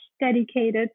dedicated